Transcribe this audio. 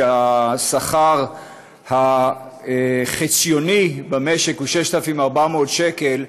שבה השכר החציוני במשק הוא 6,400 שקל,